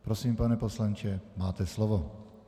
Prosím, pane poslanče, máte slovo.